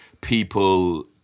people